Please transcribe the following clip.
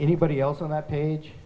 anybody else on that page